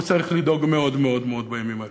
הוא צריך לדאוג מאוד מאוד מאוד בימים האלה.